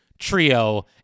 trio